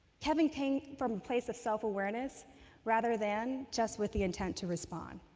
kevin came from a place of self-awareness rather than just with the intent to respond.